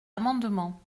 amendement